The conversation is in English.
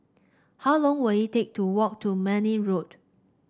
how long will it take to walk to Mayne Road